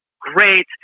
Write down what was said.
great